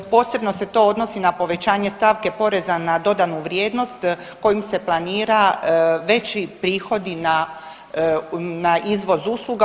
Posebno se to odnosi na povećanje stavke poreza na dodanu vrijednost kojim se planira veći prihodi na izvoz usluga.